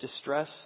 distress